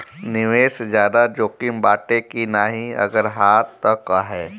निवेस ज्यादा जोकिम बाटे कि नाहीं अगर हा तह काहे?